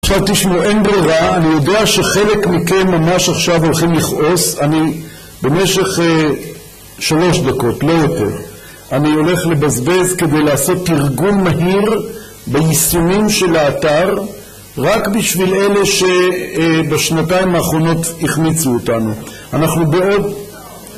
תשמעו, אין ברירה, אני יודע שחלק מכם ממש עכשיו הולכים לכעוס. אני במשך 3 דקות, לא יותר אני הולך לבזבז כדי לעשות תרגום מהיר ביישומים של האתר רק בשביל אלו שבשנתיים האחרונות החמיצו אותנו, אנחנו בעוד